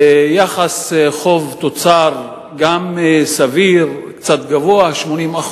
יחס חוב תוצר גם סביר, קצת גבוה, 80%,